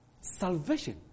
Salvation